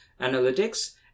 analytics